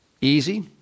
easy